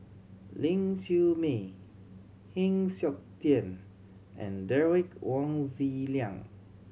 Ling Siew May Heng Siok Tian and Derek Wong Zi Liang